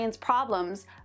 problems